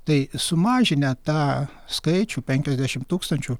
tai sumažinę tą skaičių penkiasdešimt tūkstančių